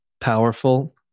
powerful